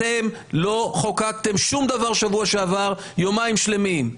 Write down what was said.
אתם לא חוקקתם שום דבר שבוע שעבר, יומיים שלמים.